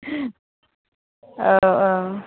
औ औ